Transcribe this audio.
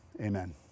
Amen